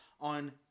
on